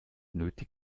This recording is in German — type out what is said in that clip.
nötig